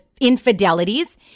infidelities